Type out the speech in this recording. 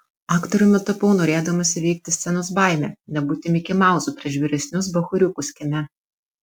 aktoriumi tapau norėdamas įveikti scenos baimę nebūti mikimauzu prieš vyresnius bachūriukus kieme